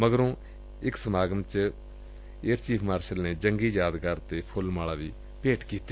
ਮਗਰੋਂ ਇਕ ਸਮਾਗਮ ਵਿਚ ਏਅਰ ਚੀਫ਼ ਮਾਰਸ਼ਲ ਨੇ ਜੰਗੀ ਯਾਦਗਾਰ ਤੇ ਫੁੱਲ ਮਾਲਾ ਭੇਟ ਕੀਤੀ